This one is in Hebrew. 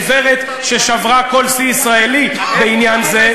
יש הרי גברת ששברה כל שיא ישראלי בעניין זה,